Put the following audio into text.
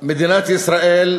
מדינת ישראל,